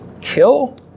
Kill